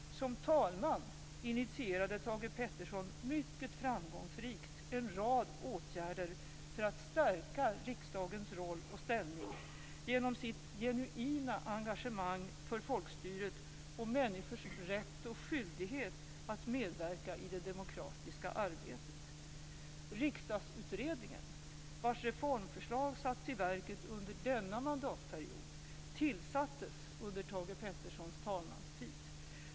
Som talman initierade Thage G Peterson mycket framgångsrikt en rad åtgärder för att stärka riksdagens roll och ställning genom sitt genuina engagemang för folkstyret och människors rätt och skyldighet att medverka i det demokratiska arbetet. Riksdagsutredningen, vars reformförslag sattes i verket under denna mandatperiod, tillsattes under Thage Petersons talmanstid.